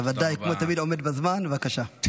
אתה בוודאי כמו תמיד עומד בזמן, בבקשה.